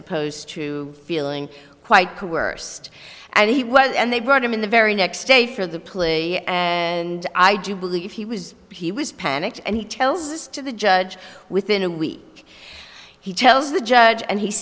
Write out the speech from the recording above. opposed to feeling quite coerced and he was and they brought him in the very next day for the plea and i do believe he was he was panicked and he tells this to the judge within a week he tells the judge and he